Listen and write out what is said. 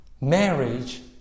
marriage